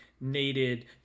needed